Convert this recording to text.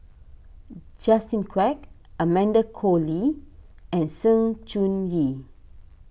Justin Quek Amanda Koe Lee and Sng Choon Yee